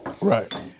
Right